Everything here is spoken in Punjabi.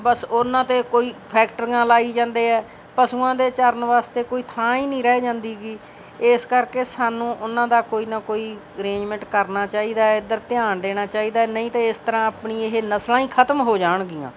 ਬਸ ਉਹਨਾਂ 'ਤੇ ਕੋਈ ਫੈਕਟਰੀਆਂ ਲਾਈ ਜਾਂਦੇ ਹੈ ਪਸ਼ੂਆਂ ਦੇ ਚਰਨ ਵਾਸਤੇ ਕੋਈ ਥਾਂ ਹੀ ਨਹੀਂ ਰਹਿ ਜਾਂਦੀ ਗੀ ਇਸ ਕਰਕੇ ਸਾਨੂੰ ਉਹਨਾਂ ਦਾ ਕੋਈ ਨਾ ਕੋਈ ਅਰੇਂਜਮੈਂਟ ਕਰਨਾ ਚਾਹੀਦਾ ਹੈ ਇੱਧਰ ਧਿਆਨ ਦੇਣਾ ਚਾਹੀਦਾ ਹੈ ਨਹੀਂ ਤਾਂ ਇਸ ਤਰ੍ਹਾਂ ਆਪਣੀ ਇਹ ਨਸਲਾਂ ਹੀ ਖਤਮ ਹੋ ਜਾਣਗੀਆਂ